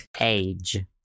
age